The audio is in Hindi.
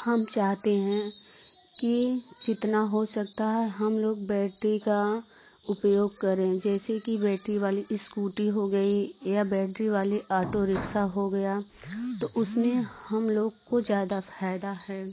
हम चाहते हैं की जितना हो सकता है हम लोग बैट्री का उपयोग करें जैसे की बैट्री वाली स्कूटी हो गई या बैट्री वाली ऑटोरिक्शा हो गया तो उसमें हम लोग को ज़्यादा फ़ायदा है